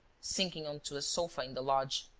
sinking on to a sofa in the lodge,